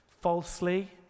falsely